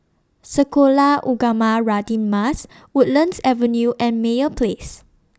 Sekolah Ugama Radin Mas Woodlands Avenue and Meyer Place